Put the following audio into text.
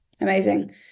amazing